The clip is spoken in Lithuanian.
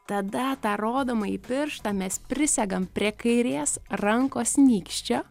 tada tą rodomąjį pirštą mes prisegam prie kairės rankos nykščio